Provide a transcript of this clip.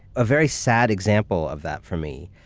a very sad example of that for me,